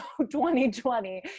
2020